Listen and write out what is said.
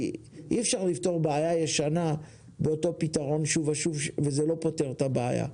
אי אפשר לפתור בעיה ישנה שוב ושוב באותו פתרון שלמעשה לא פותר את הבעיה.